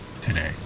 today